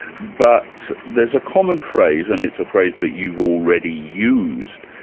but there's a common phrase, and it's a phrase that you've already used,